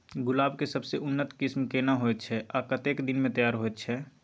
गुलाब के सबसे उन्नत किस्म केना होयत छै आ कतेक दिन में तैयार होयत छै?